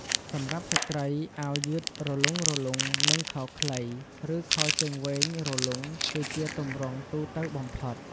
សម្រាប់ស្ត្រី អាវយឺតរលុងៗ និងខោខ្លី ឬខោជើងវែងរលុង គឺជាទម្រង់ទូទៅបំផុត។